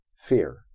fear